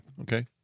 Okay